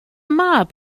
mab